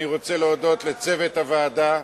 אני רוצה להודות לצוות הוועדה,